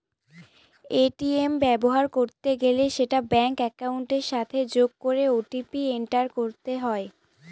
ATM ব্যবহার করতে গেলে সেটা ব্যাঙ্ক একাউন্টের সাথে যোগ করে ও.টি.পি এন্টার করতে হয়